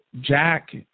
Jack